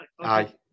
Aye